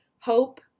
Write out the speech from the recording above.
hope